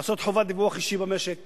לעשות חובת דיווח אישי במשק